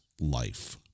life